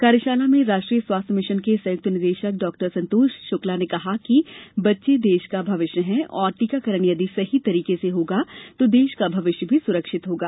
कार्यशाला में राष्ट्रीय स्वास्थ्य मिशन के संयुक्त निदेशक डाक्टर संतोष शुक्ला ने कहा कि बच्चे देश का भविष्य हैं और टीकाकरण यदि सही तरीके से होगा तो देश का भविष्य भी सुरक्षित होगा